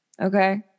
Okay